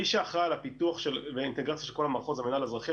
מי שאחראי על הפיתוח והאינטגרציה של כל המחוז הוא המינהל האזרחי,